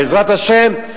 בעזרת השם,